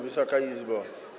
Wysoka Izbo!